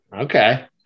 Okay